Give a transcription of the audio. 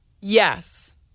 Yes